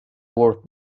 worth